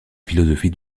philosophie